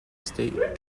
state